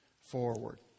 forward